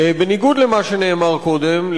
בניגוד למה שנאמר קודם,